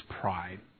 pride